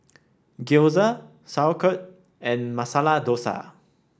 Gyoza Sauerkraut and Masala Dosa